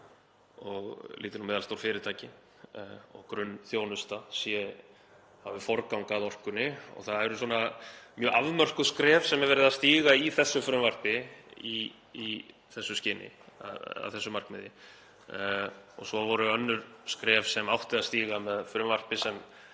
og lítil og meðalstór fyrirtæki og grunnþjónusta hafi forgang að orkunni. Það eru mjög afmörkuð skref sem er verið að stíga í þessu frumvarpi í þessu skyni, að þessu markmiði. Og svo voru önnur skref sem átti að stíga með frumvarpi sem